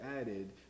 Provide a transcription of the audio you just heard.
added